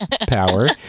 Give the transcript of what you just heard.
power